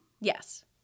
Yes